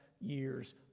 years